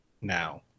now